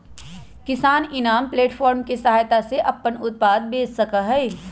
किसान eNAM platform के सहायता से अपन उत्पाद बेच सका हई